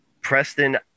Preston